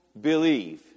believe